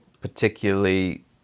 particularly